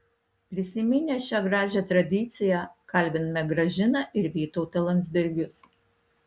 prisiminę šią gražią tradiciją kalbiname gražiną ir vytautą landsbergius